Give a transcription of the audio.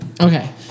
Okay